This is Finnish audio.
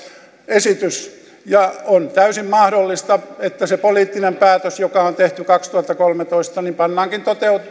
esitys ja on täysin mahdollista että se poliittinen päätös joka on tehty kaksituhattakolmetoista pannaankin